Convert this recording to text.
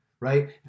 right